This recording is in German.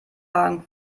hagen